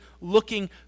looking